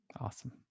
Awesome